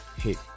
hit